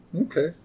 Okay